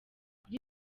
kuri